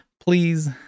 Please